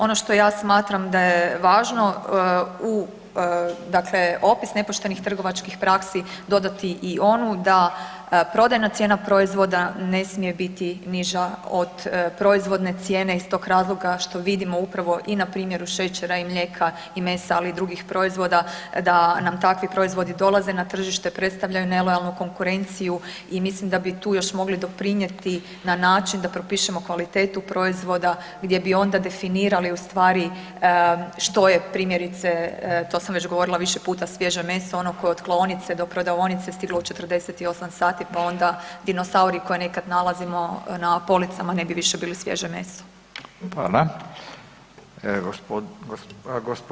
Ono što ja smatram da je važno u, dakle opis nepoštenih trgovačkih praksi dodati i onu da prodajna cijena proizvoda ne smije biti niža od proizvodne cijene iz tog razloga što vidimo upravo i na primjeru šećera i mlijeka i mesa, ali i drugih proizvoda da nam takvi proizvodi dolaze na tržište, predstavljaju nelojalnu konkurenciju i mislim da bi tu još mogli doprinjeti na način da propišemo kvalitetu proizvoda gdje bi onda definirali u stvari što je primjerice, to sam već govorila više puta, svježe meso ono koje je od klaonice do prodavaonice stiglo u 48 sati, pa onda dinosauri koje nekad nalazimo na policama ne bi više bili svježe meso.